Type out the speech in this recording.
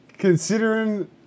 Considering